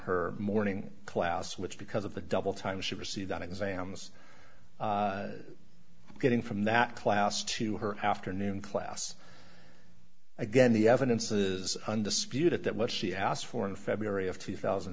her morning class which because of the double time she received on exams getting from that class to her afternoon class again the evidences undisputed that what she asked for in february of two thousand